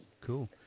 Cool